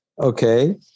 Okay